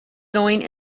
going